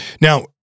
Now